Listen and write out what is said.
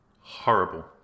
horrible